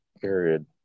period